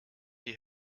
die